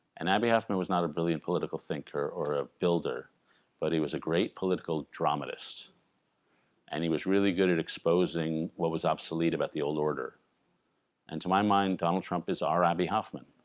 and abbie hoffman was not a brilliant political thinker or a builder but he was a great political dramatist and he was really good at exposing what was obsolete about the old order and to my mind donald trump is our abbie hoffman